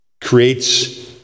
creates